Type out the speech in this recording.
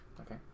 Okay